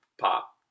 pop